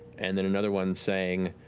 and then another one saying